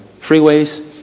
freeways